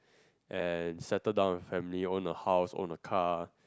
and settle down a family own a house own a car